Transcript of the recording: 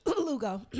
lugo